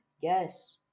Yes